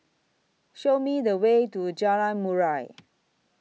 Show Me The Way to Jalan Murai